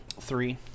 three